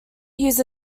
use